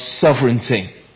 sovereignty